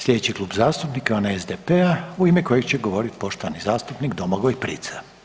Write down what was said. Sljedeći Klub zastupnika je onaj SDP-a u ime kojeg će govoriti poštovani zastupnik Domagoj Prica.